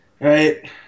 right